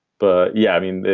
but yeah, i mean,